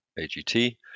AGT